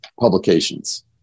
publications